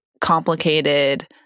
complicated